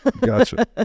Gotcha